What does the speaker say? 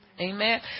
amen